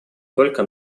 только